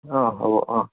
অঁ হ'ব অঁ